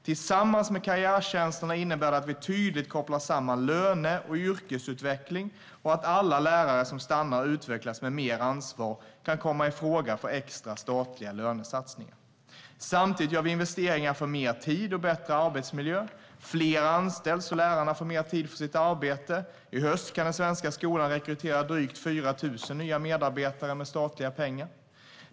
Tillsammans med karriärtjänsterna innebär det att vi tydligt kopplar samman löne och yrkesutveckling och att alla lärare som stannar och utvecklas med mer ansvar kan komma i fråga för extra statliga lönesatsningar. Samtidigt gör vi investeringar för mer tid och bättre arbetsmiljö. Fler anställs så att lärarna får mer tid för sitt arbete. I höst kan den svenska skolan rekrytera drygt 4 000 nya medarbetare med statliga pengar.